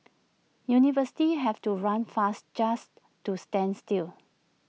universities have to run fast just to stand still